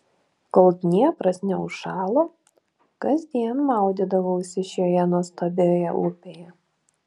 kol dniepras neužšalo kasdien maudydavausi šioje nuostabioje upėje